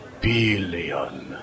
billion